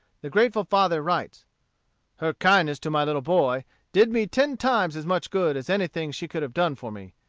the grateful father writes her kindness to my little boy did me ten times as much good as anything she could have done for me,